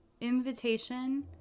invitation